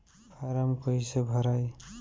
Form कईसे भराई?